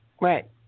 Right